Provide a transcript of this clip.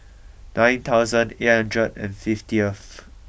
nine thousand eight hundred and fiftyth